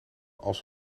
als